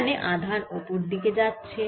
এখানে আধান ওপর দিকে যাচ্ছে